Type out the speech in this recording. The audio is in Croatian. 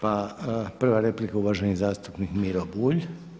Pa prva replika uvaženi zastupnik Miro Bulj.